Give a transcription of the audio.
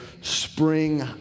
spring